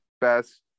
best